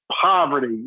poverty